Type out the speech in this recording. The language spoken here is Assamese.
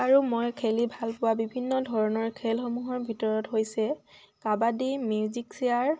আৰু মই খেলি ভালপোৱা বিভিন্ন ধৰণৰ খেলসমূহৰ ভিতৰত হৈছে কাবাডী মিউজিক চেয়াৰ